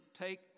take